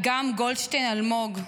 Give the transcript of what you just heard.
אגם גולדשטיין-אלמוג,